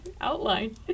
outline